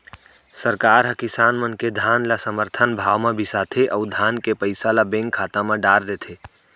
सरकार हर किसान मन के धान ल समरथन भाव म बिसाथे अउ धान के पइसा ल बेंक खाता म डार देथे